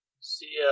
See